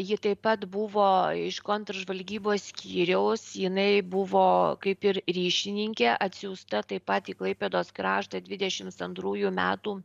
ji taip pat buvo iš kontržvalgybos skyriaus jinai buvo kaip ir ryšininkė atsiųsta taip pat į klaipėdos kraštą dvidešimts antrųjų metų